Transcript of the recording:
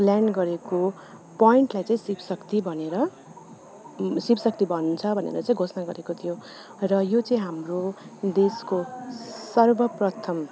land गरेको पोइन्टलाई चाहिँ शिव शक्ति भनेर शिव शक्ति भन्छ भनेर चाहिँ घोषणा गरेको थियो र यो चाहिँ हाम्रो देशको सर्वप्रथम